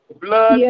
blood